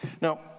Now